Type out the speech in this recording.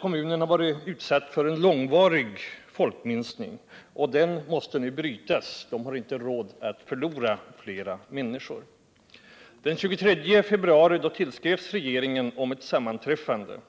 Kommunen har varit utsatt för en långvarig folkminskning. Den måste nu brytas. Kommunen har inte råd att förlora fler människor. Den 23 februari tillskrevs regeringen om ett sammanträffande.